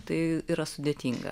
tai yra sudėtinga